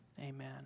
Amen